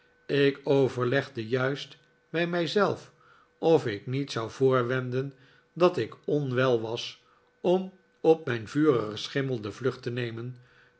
ik overlegde juist bij mij zelf of ik niet zou voorwenden dat ik onwel was om op mijn vurigen schimmel de vlucht te nemen